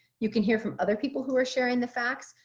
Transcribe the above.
you can hear from other people who are sharing the facts.